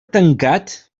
tancat